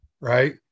Right